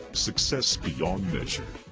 success beyond measure.